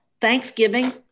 thanksgiving